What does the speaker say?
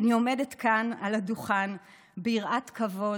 אני עומדת כאן על הדוכן ביראת כבוד,